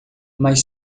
mais